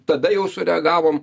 tada jau sureagavom